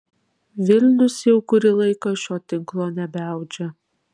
vilnius jau kurį laiką šio tinklo nebeaudžia